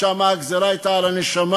שם הגזירה הייתה על הנשמה.